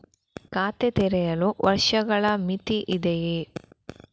ಖಾತೆ ತೆರೆಯಲು ವರ್ಷಗಳ ಮಿತಿ ಇದೆಯೇ?